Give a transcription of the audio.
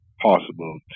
possible